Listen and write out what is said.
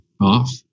off